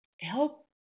help